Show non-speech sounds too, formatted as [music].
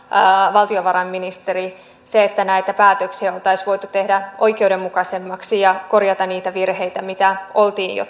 valtiovarainministeri se että näitä päätöksiä oltaisiin voitu tehdä oikeudenmukaisemmaksi ja korjata niitä virheitä mitä oltiin jo [unintelligible]